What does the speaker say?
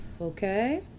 Okay